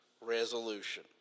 resolution